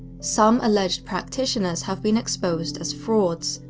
some alleged practitioners have been exposed as frauds,